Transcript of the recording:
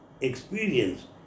experience